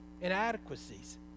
inadequacies